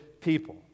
people